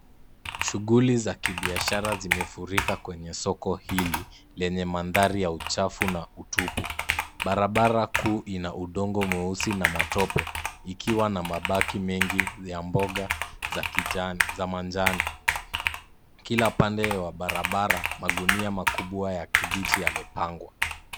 Shughuli za kibiashara zimefurika kwenye soko hili lenye mandhari ya uchafu na utupu. Barabara kuu ina udongo mweusi na matope ikiwa na mabaki mengi ya mboga za kijani, za manjano. Kila pande wa barabara magunia makubwa ya kibichi yamepangwa.